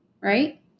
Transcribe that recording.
right